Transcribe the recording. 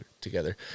together